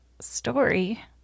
story